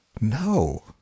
no